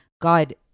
God